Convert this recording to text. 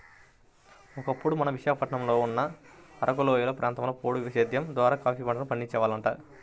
ఒకప్పుడు మన విశాఖపట్నంలో ఉన్న అరకులోయ ప్రాంతంలో పోడు సేద్దెం ద్వారా కాపీ పంటను పండించే వాళ్లంట